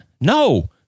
no